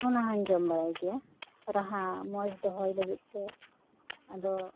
ᱚᱱᱟᱦᱚᱧ ᱡᱚᱢ ᱵᱟᱲᱟᱭ ᱜᱮᱭᱟ ᱨᱟᱦᱟ ᱢᱚᱡᱽ ᱫᱚᱦᱚᱭ ᱞᱟᱹᱜᱤᱫᱛᱮ ᱟᱫᱚ